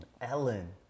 ellen